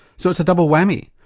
so it's a double whammy.